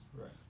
Right